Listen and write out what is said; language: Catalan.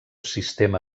sistema